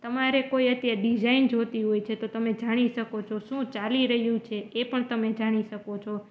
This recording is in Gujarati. તમારે કોઈ અત્યારે ડિઝાઇન જોતી હોય છે તો તમે જાણી શકો છો શું ચાલી રહ્યું છે એ પણ તમે જાણી શકો છો